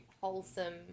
wholesome